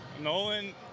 Nolan